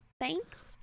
Thanks